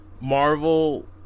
Marvel